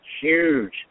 huge